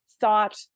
thought